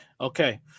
Okay